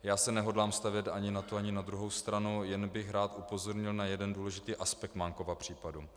Já se nehodlám stavět na tu ani na druhou stranu, jen bych rád upozornil na jeden důležitý aspekt Mánkova případu.